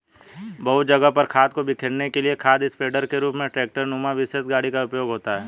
बहुत जगह पर खाद को बिखेरने के लिए खाद स्प्रेडर के रूप में ट्रेक्टर नुमा विशेष गाड़ी का उपयोग होता है